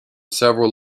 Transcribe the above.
several